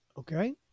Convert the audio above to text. Okay